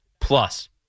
Plus